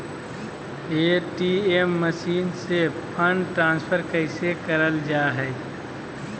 ATM machine से fund transfer कैसे करल जा है?